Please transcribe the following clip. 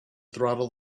throttle